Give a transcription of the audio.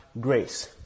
grace